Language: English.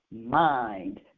mind